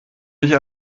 nicht